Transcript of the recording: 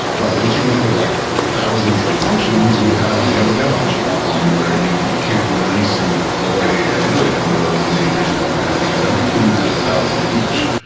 but once you get into the like thousands of functions, you have you have a dev ops problem where you you can't release and deploy and iterate on those in any reasonable manner, because every team has a thousand each.